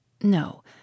No